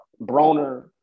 broner